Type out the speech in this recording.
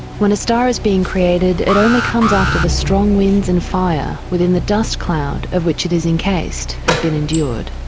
when a star is being created it only comes after the strong winds and fire within the dust cloud of which it is encases, have been endured.